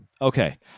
Okay